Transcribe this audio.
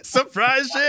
Surprise